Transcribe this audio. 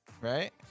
Right